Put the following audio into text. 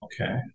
Okay